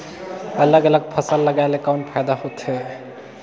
अलग अलग फसल लगाय ले कौन फायदा होथे?